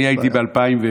אני הייתי ב-2001,